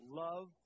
love